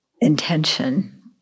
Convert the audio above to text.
intention